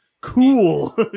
cool